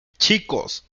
chicos